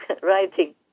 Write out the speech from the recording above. writing